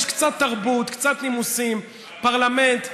יש קצת תרבות, קצת נימוסים, פרלמנט.